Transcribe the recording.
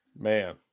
Man